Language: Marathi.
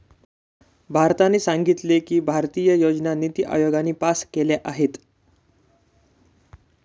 भारताने सांगितले की, भारतीय योजना निती आयोगाने पास केल्या आहेत